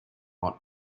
lot